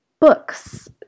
books